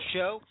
Show